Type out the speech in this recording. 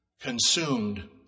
consumed